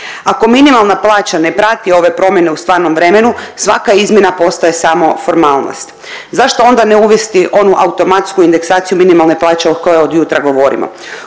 Ako minimalna plaća na prati ove promjene u stvarnom vremenu svaka izmjena postaje samo formalnost. Zašto onda ne uvesti onu automatsku indeksaciju minimalne plaće o kojoj od jutra govorimo?